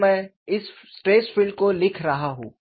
और मैं इस स्ट्रेस फील्ड को लिख रहा हूं